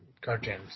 cartoons